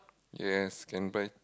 yes can buy